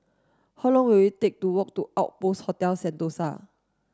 how long will it take to walk to Outpost Hotel Sentosa